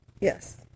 Yes